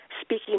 speaking